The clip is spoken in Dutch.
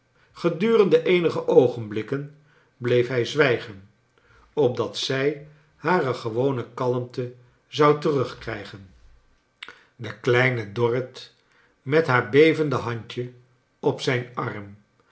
gedurende eenige oogenblikken bleef hij zwijgen opdat zij hare gewone kalmte zou terugkrijcharles dickens gen de kleine dorrit met haar bevende handje op zijn arm